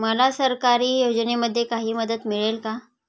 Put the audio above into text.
मला सरकारी योजनेमध्ये काही मदत मिळेल का?